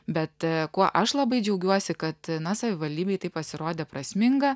bet kuo aš labai džiaugiuosi kad na savivaldybei tai pasirodė prasminga